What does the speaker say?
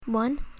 One